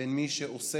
בין מי שעושה,